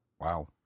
Wow